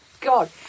god